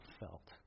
felt